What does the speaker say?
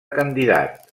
candidat